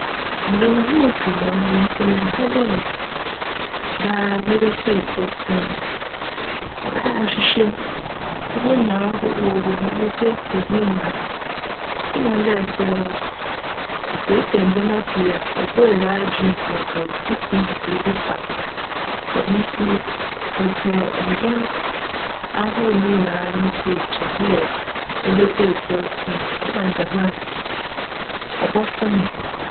Ndwom ahorow pii na cwc hc ntsi memmpj dj daa mebetsie kortsee. Cwc dj mohwehwj mu na muhu ahorow a cwc mu na metsietsie ne nyinara. Ihu dj sj etsietsie ndzjmba pii a, obue w'adwen mu wc mbrj ihu biribi fa. Djm ntsi mepj ndwom ahorow ne nyinara ne tsie kyen dj ibetsie kortsee cba no djm a, cbcfon.